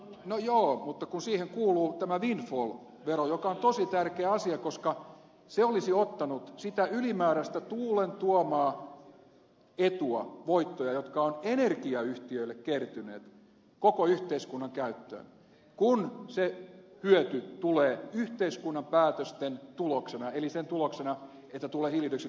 no joo mutta kun siihen kuuluu tämä windfall vero joka on tosi tärkeä asia koska se olisi ottanut sitä ylimääräistä tuulen tuomaa etua voittoja jotka ovat energiayhtiöille kertyneet koko yhteiskunnan käyttöön kun se hyöty tulee yhteiskunnan päätösten tuloksena eli sen tuloksena että tulee hiilidioksidipäästöille hinta